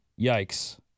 Yikes